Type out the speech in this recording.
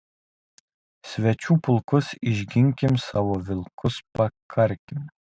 svečių pulkus išginkim savo vilkus pakarkim